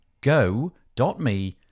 go.me